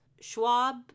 Schwab